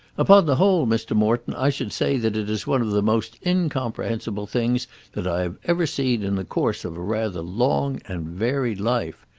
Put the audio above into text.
upon the whole, mr. morton, i should say that it is one of the most incomprehensible things that i have ever seen in the course of a rather long and varied life.